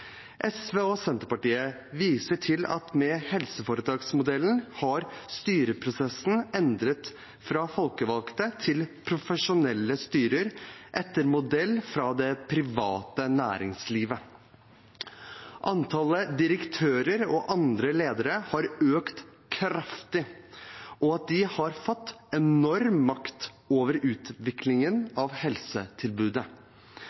SV og Senterpartiet viser til at med helseforetaksmodellen har styreprosessen blitt endret fra folkevalgte til profesjonelle styrer, etter modell fra det private næringslivet. Antallet direktører og andre ledere har økt kraftig, og de har fått enorm makt over